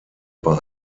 bei